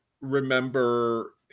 remember